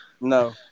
no